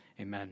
amen